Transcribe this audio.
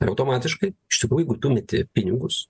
ir automatiškai iš tikrųjų jeigu tu meti pinigus